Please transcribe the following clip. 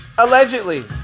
Allegedly